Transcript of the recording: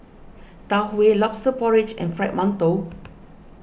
Tau Huay Lobster Porridge and Fried Mantou